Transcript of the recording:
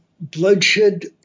bloodshed